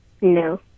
No